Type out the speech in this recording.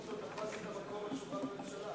אדוני, שר החוץ לא תפס את מקומו ליד שולחן הממשלה.